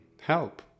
help